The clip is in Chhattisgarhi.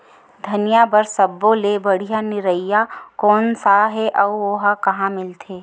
धनिया बर सब्बो ले बढ़िया निरैया कोन सा हे आऊ ओहा कहां मिलथे?